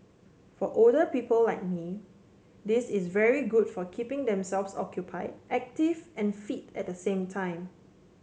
for older people like me this is very good for keeping themselves occupy active and fit at the same time